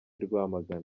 rwamagana